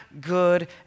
good